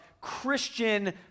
Christian